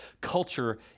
culture